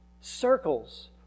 circles